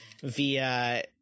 via